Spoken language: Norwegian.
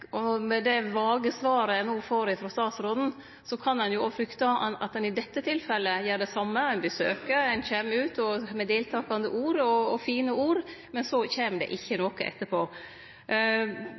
vage svaret eg no får frå statsråden, kan ein jo òg frykte at ein i dette tilfellet gjer det same: Ein besøkjer, ein kjem med deltakande og fine ord, men så kjem det ikkje